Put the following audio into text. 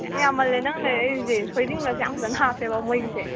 ꯌꯥꯝ ꯌꯥꯝꯃꯜꯂꯦ ꯅꯪ ꯂꯩꯔꯛꯏꯖꯦ ꯊꯣꯏꯗꯤꯡꯒꯁꯦ ꯌꯥꯝ ꯐꯖꯅ ꯍꯥꯞꯄꯦꯕ ꯃꯣꯏꯒꯤꯁꯦ